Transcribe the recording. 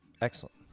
Excellent